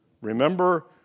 Remember